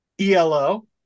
ELO